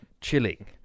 chilling